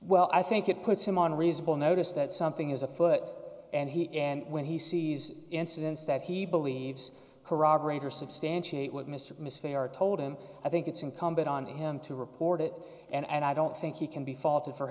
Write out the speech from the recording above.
well i think it puts him on reasonable notice that something is afoot and he and when he sees incidents that he believes corroborate or substantiate what mr misfired told him i think it's incumbent on him to report it and i don't think he can be faulted for